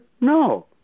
No